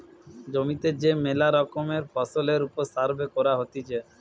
জমিতে যে মেলা রকমের ফসলের ওপর সার্ভে করা হতিছে